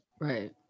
Right